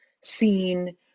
seen